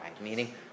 meaning